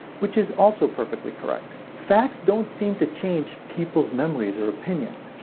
which is also perfectly correct. facts don't seem to change people's memories or opinions.